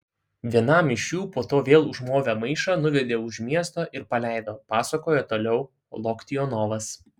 vienam iš jų po to vėl užmovė maišą nuvedė už miesto ir paleido pasakojo toliau loktionovas